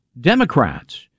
democrats